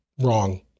wrong